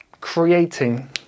creating